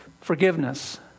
forgiveness